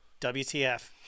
WTF